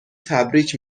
تبریک